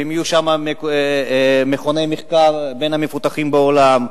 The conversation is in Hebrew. או שיהיו שם מכוני מחקר בין המפותחים בעולם,